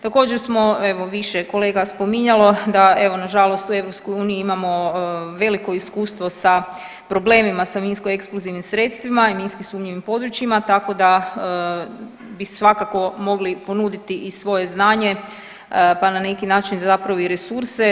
Također smo, evo više kolega spominjalo da evo nažalost u EU imamo veliko iskustvo sa problemima sa minsko-eksplozivnim i minski sumnjivim područjima tako da bi svakako mogli ponuditi i svoje znanje pa na neki način zapravo i resurse.